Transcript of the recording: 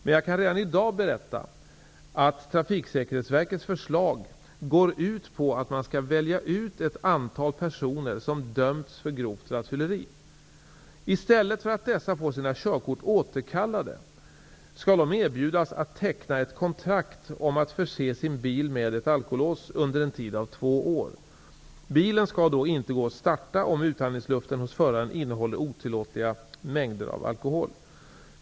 Men jag kan redan i dag berätta att Trafiksäkerhetsverkets förslag går ut på att man skall välja ut ett antal personer som dömts för grovt rattfylleri. I stället för att dessa får sina körkort återkallade skall de erbjudas att teckna ett kontrakt om att förse sin bil med ett alkolås under en tid av två år. Bilen skall då inte gå att starta om utandningsluften hos föraren innehåller otillåtna mängder alkohol.